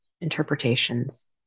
interpretations